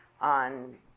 on